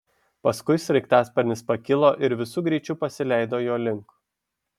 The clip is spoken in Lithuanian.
paskui sraigtasparnis pakilo ir visu greičiu pasileido jo link